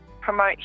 promote